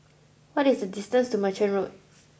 what is the distance to Merchant Road